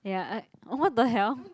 ya I what the hell